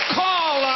call